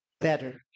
better